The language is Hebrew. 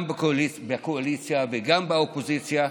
גם בקואליציה וגם באופוזיציה,